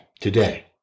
Today